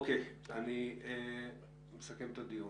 אני מסכם את הדיון.